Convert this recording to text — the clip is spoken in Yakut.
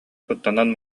куттанан